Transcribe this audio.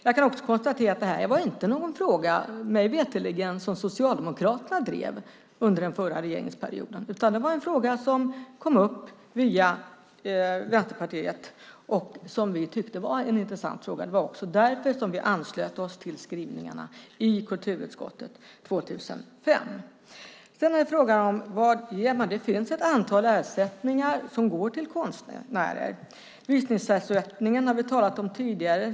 Jag kan också konstatera att detta inte var någon fråga som Socialdemokraterna drev under den förra regeringsperioden. Det var en fråga som kom upp via Vänsterpartiet och som vi tyckte var intressant. Det var också därför vi anslöt oss till skrivningarna i kulturutskottet 2005. Sedan kommer jag till frågan vad man ger. Det finns ett antal ersättningar som går till konstnärer. Visningsersättningen har vi talat om tidigare.